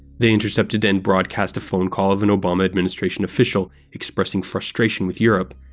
they intercepted and broadcast a phone call of an obama administration official expressing frustration with europe.